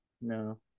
No